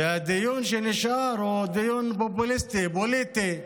והדיון שנשאר הוא דיון פופוליסטי, פוליטי,